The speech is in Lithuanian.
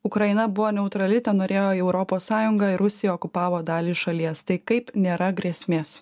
ukraina buvo neutrali tenorėjo į europos sąjungą ir rusija okupavo dalį šalies tai kaip nėra grėsmės